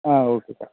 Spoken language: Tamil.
ஆ ஓகேக்கா